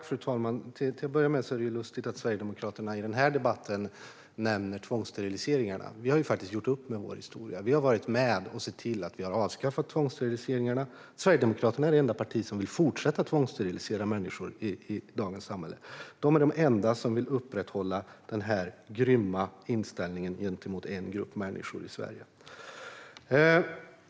Fru talman! Det är lustigt att Sverigedemokraterna i den här debatten nämner tvångssteriliseringarna. Vi socialdemokrater har faktiskt gjort upp med vår historia. Vi har varit med och sett till att avskaffa tvångssteriliseringarna. Sverigedemokraterna är det enda partiet som vill fortsätta att tvångssterilisera människor i dagens samhälle. De är de enda som vill upprätthålla den grymma inställningen gentemot en grupp människor i Sverige.